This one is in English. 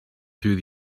through